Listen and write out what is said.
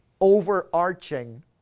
overarching